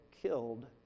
killed